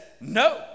no